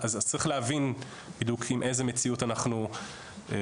אז צריך להבין בדיוק עם איזו מציאות אנחנו מתמודדים.